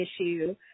issue